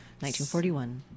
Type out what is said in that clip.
1941